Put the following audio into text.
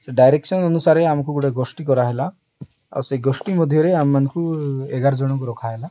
ସେ ଡାଇରେକ୍ସନ୍ ଅନୁସାରେ ଆମକୁ ଗୋଟେ ଗୋଷ୍ଠୀ କରାହେଲା ଆଉ ସେଇ ଗୋଷ୍ଠୀ ମଧ୍ୟରେ ଆମମାନଙ୍କୁ ଏଗାର ଜଣଙ୍କୁ ରଖା ହେଲା